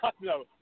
no